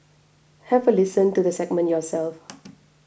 have a listen to the segment yourself